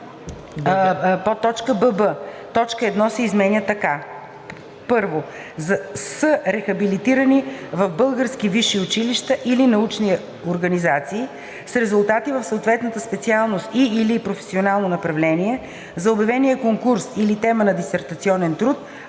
бб) точка 1 се изменя така: „1. са хабилитирани в български висши училища или научни организации, с резултати в съответната специалност и/или професионално направление за обявения конкурс или тема на дисертационен труд,